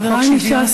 חברי מש"ס,